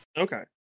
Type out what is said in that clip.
Okay